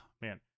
man